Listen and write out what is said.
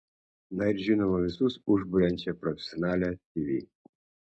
na ir žinoma visus užburiančią profesionalią tv